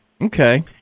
Okay